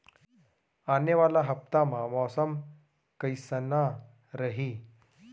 आने वाला हफ्ता मा मौसम कइसना रही?